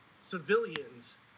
civilians